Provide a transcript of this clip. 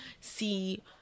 see